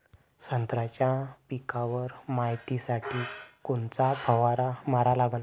संत्र्याच्या पिकावर मायतीसाठी कोनचा फवारा मारा लागन?